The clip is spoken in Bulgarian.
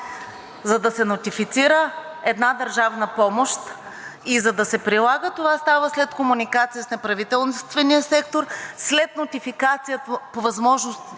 за да се нотифицира една държавна помощ и за да се прилага, това става след комуникация с неправителствения сектор, след нотификация по възможните